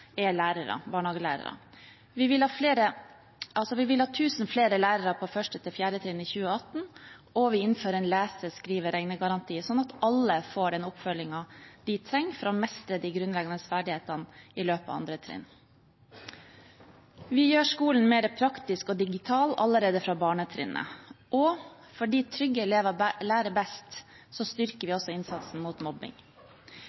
flere lærere på 1.–4. trinn i 2018, og vi innfører en lese-, skrive- og regnegaranti, slik at alle får den oppfølgingen de trenger for å mestre de grunnleggende ferdighetene i løpet av 2. trinn. Vi gjør skolen mer praktisk og digital allerede fra barnetrinnet, og fordi trygge elever lærer best, styrker vi